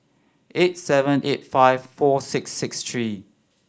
eight seven eight five four six six three